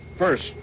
First